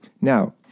Now